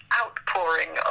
outpouring